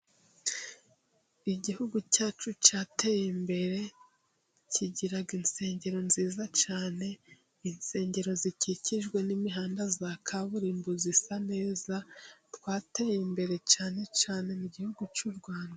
Igihugu cyacu cyateye imbere kigira insengero nziza cyane. Insengero zikikijwe n'imihanda ya kaburimbo, isa neza. Twateye imbere cyane cyane mu Gihugu cy'u Rwanda.